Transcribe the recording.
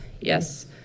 Yes